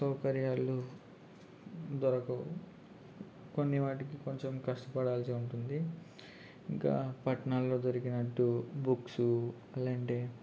సౌకర్యాలు దొరకవు కొన్ని వాటికి కొంచెం కష్టపడాల్సి ఉంటుంది ఇంకా పట్టణాలలో దొరికినట్టు బుక్స్ అలాంటి